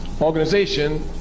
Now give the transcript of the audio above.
Organization